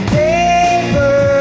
paper